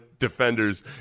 defenders